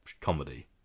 comedy